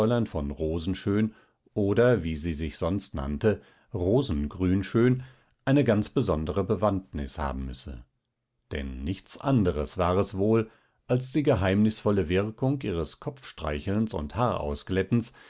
von rosen schön oder wie sie sich sonst nannte rosengrünschön eine ganz besondere bewandtnis haben müsse denn nichts anders war es wohl als die geheimnisvolle wirkung ihres kopfstreichelns und